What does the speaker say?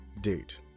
Date